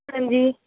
ਹਾਂਜੀ